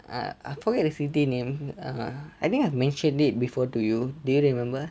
I I forget the city name err I think I've mentioned it before to you do you remember